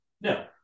No